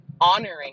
honoring